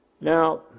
Now